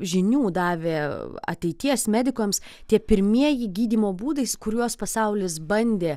žinių davė ateities medikams tie pirmieji gydymo būdais kuriuos pasaulis bandė